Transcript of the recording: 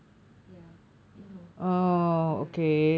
ya you know ys